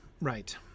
right